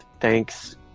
Thanks